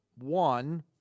One